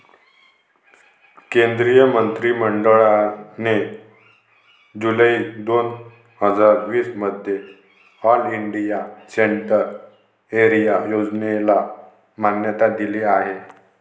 केंद्रीय मंत्रि मंडळाने जुलै दोन हजार वीस मध्ये ऑल इंडिया सेंट्रल एरिया योजनेला मान्यता दिली आहे